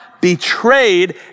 betrayed